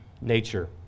nature